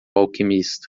alquimista